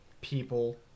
people